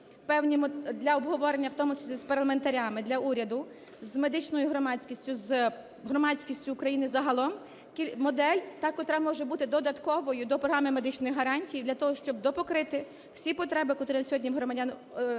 для обговорення, в тому числі з парламентарями, для уряду, з медичною громадськістю, з громадськістю України загалом, модель та, котра може бути додатковою до програми медичних гарантій, для того, щоб допокрити всі потреби, котрі на сьогодні в громадян виникають,